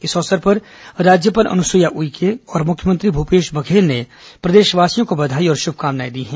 इस अवसर पर राज्यपाल अनुसुईया उइके और मुख्यमंत्री भूपेश बघेल ने प्रदेशवासियों को बधाई और शुभकामनाएं दी हैं